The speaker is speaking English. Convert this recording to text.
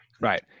Right